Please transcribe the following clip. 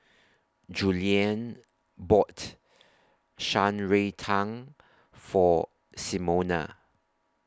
Julianne bought Shan Rui Tang For Simona